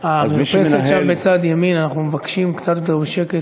המרפסת שם בצד ימין, אנחנו מבקשים קצת יותר בשקט.